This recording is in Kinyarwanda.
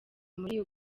muri